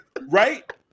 right